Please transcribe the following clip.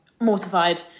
mortified